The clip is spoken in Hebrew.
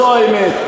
זו האמת.